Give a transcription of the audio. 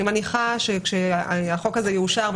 אני מניחה שכאשר החוק הזה יאושר,